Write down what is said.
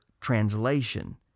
translation